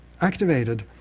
activated